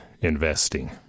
investing